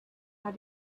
how